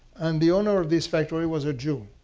and the owner of this factory was a jew.